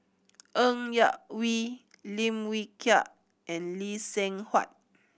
Ng Yak Whee Lim Wee Kiak and Lee Seng Huat